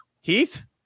Heath